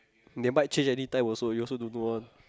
they might change anytime also you also don't know one